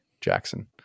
Jackson